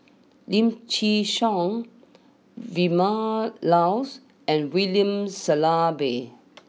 Lim Chin Siong Vilma Laus and William Shellabear